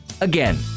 Again